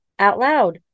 OUTLOUD